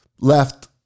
left